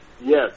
Yes